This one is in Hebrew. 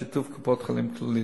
בשיתוף קופת-חולים "כללית".